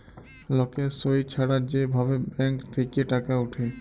লকের সই ছাড়া যে ভাবে ব্যাঙ্ক থেক্যে টাকা উঠে